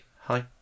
Hi